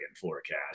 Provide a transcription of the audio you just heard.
forecast